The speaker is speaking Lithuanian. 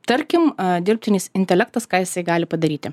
tarkim dirbtinis intelektas ką jisai gali padaryti